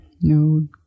No